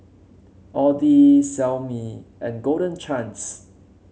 Audi Xiaomi and Golden Chance